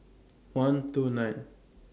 one two nine